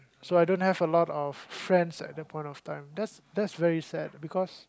so I don't have a lot of friends at that point of time that's that's very sad because